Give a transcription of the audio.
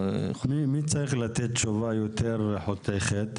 --- מי צריך לתת תשובה יותר חותכת?